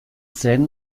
zen